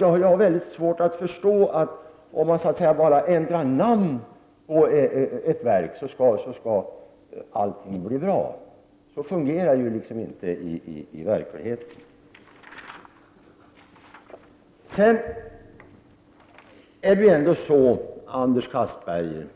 Jag har därför mycket svårt att förstå att allting skulle bli bra bara man ändrar namnet på ett verk. Så fungerar det inte i verkligheten. Vi kan, Anders Castberger,